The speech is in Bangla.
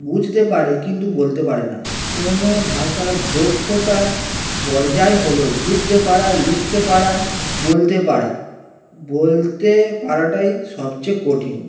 বুঝতে পারে কিন্তু বলতে পারে না কোনো ভাষার দক্ষতার পর্যায় হল বুঝতে পারা লিখতে পারা বলতে পারা বলতে পারাটাই সব চেয়ে কঠিন